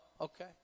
Okay